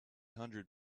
hundred